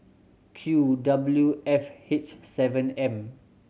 Q W F H seven M